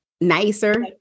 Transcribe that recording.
nicer